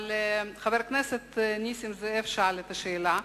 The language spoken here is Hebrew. אבל חבר הכנסת נסים זאב כבר שאל את השאלה.